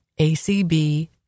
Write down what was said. acb